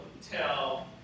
tell